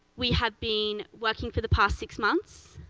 we have been working for the past six months.